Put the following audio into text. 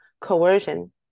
coercion